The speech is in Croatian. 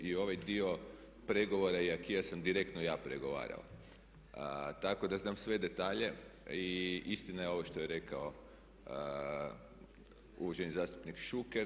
I ovaj dio pregovora i acquisa sam direktno ja pregovarao, tako da znam sve detalje i istina je ovo što je rekao uvaženi zastupnik Šuker.